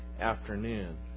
afternoon